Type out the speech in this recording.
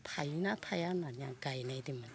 थायोना थाया होननानै आं गायनायदोंमोन